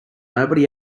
nobody